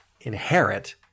inherit